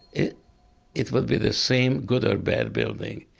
it it would be the same good or bad building.